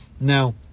Now